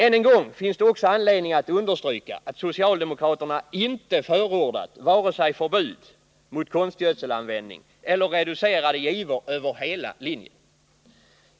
Än en gång finns det också anledning att understryka att socialdemokraterna inte förordat vare sig förbud mot konstgödselanvändning eller reducerade givor över hela linjen.